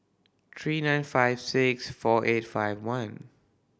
three nine five six four eight five one